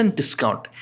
discount